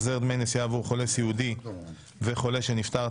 החזר דמי נסיעה עבור חולה סיעודי וחולה שנפטר),